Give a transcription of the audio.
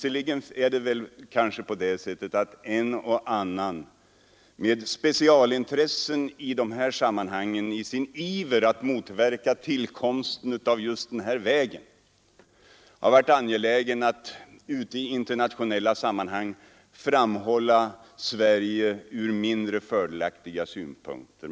En och annan person med specialintressen på de här punkterna har kanske i sin iver att motverka tillkomsten av just den här vägen varit angelägen att i internationella sammanhang framhålla Sverige ur mindre fördelaktiga synvinklar.